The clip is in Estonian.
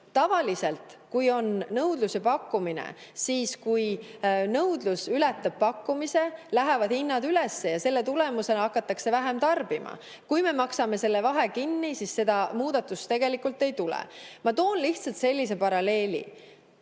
Tavaliselt, kui on nõudlus ja pakkumine ning kui nõudlus ületab pakkumise, siis lähevad hinnad üles ja selle tulemusena hakatakse vähem tarbima. Kui me maksame selle vahe kinni, siis seda muudatust ei tule. Ma toon lihtsalt sellise paralleeli.